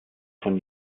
von